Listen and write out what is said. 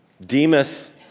Demas